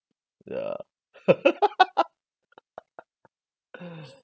ya